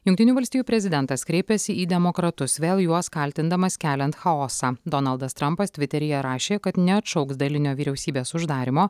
jungtinių valstijų prezidentas kreipėsi į demokratus vėl juos kaltindamas keliant chaosą donaldas trampas tviteryje rašė kad neatšauks dalinio vyriausybės uždarymo